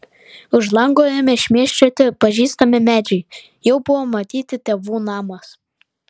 už lango ėmė šmėsčioti pažįstami medžiai jau buvo matyti tėvų namas